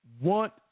want